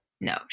No